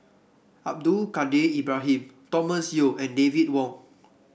Abdul Kadir Ibrahim Thomas Yeo and David Wong